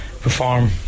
perform